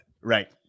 Right